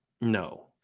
no